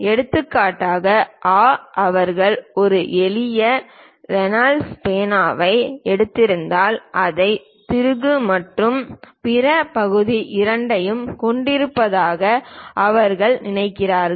எடுத்துக்காட்டாக ஆ அவர்கள் ஒரு எளிய ரெனால்ட்ஸ் பேனாவை எடுத்திருந்தால் அதை திருகு மற்றும் பிற பகுதி இரண்டையும் கொண்டிருப்பதாக அவர்கள் நினைக்கிறார்கள்